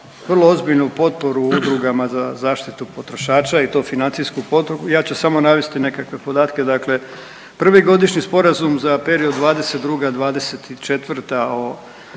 vrlo ozbiljnu potporu udrugama za zaštitu potrošača i to financijsku, ja ću samo navesti nekakve podatke. Dakle, prvi godišnji sporazum za period '22.-'24.